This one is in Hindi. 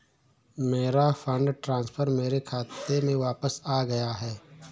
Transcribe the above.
मेरा फंड ट्रांसफर मेरे खाते में वापस आ गया है